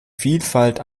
vielfalt